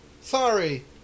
Sorry